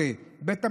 ג'-ד',